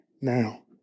now